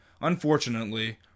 Unfortunately